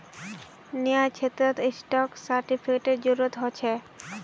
न्यायक्षेत्रत स्टाक सेर्टिफ़िकेटेर जरूरत ह छे